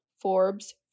Forbes